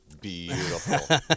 beautiful